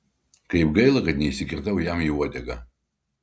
kaip gaila kad neįsikirtau jam į uodegą